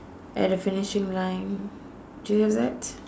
at the finishing line do you have that